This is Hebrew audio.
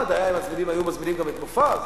נחמד אם היו מזמינים גם את מופז,